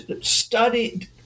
studied